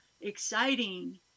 exciting